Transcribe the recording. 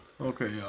Okay